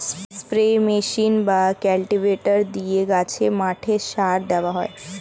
spray machine বা cultivator দিয়ে গাছে, মাঠে সার দেওয়া হয়